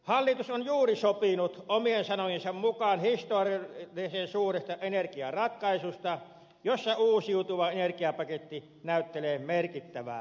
hallitus on juuri sopinut omien sanojensa mukaan historiallisen suuresta energiaratkaisusta jossa uusiutuva energiapaketti näyttelee merkittävää roolia